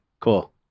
Cool